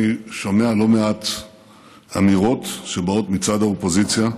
אני שומע לא מעט אמירות שבאות מצד האופוזיציה,